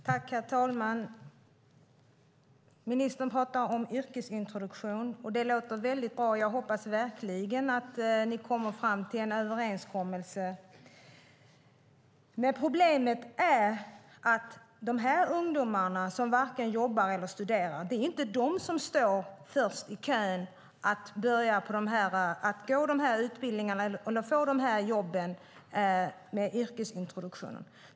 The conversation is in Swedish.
Herr talman! Ministern pratar om yrkesintroduktion. Det låter bra. Jag hoppas verkligen att ni kommer fram till en överenskommelse. Problemet är att ungdomarna som varken jobbar eller studerar inte står först i kön att gå utbildningarna eller få jobben med yrkesintroduktion.